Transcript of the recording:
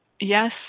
Yes